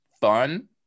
fun